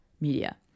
media